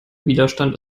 widerstand